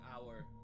hour